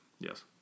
Yes